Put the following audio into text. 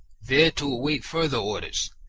there to await further orders.